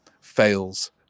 fails